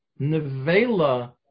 nevela